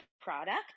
product